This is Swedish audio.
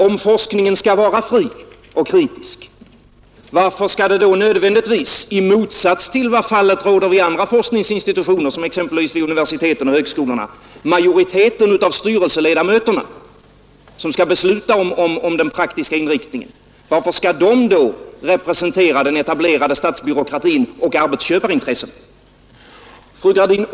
Om forskningen skall vara fri och kritisk, varför skall då nödvändigtvis, i motsats till vad fallet är vid andra forskningsinstitutioner såsom universiteten och högskolorna, majoriteten av styrelseledamöterna som skall besluta om den praktiska inriktningen representera den etablerade statsbyråkratin och arbetsköparintressena? Fru Gradin!